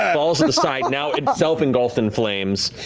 um falls at the side, now itself engulfed in flames,